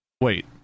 Wait